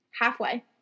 halfway